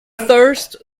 thirst